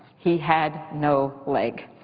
he had no leg.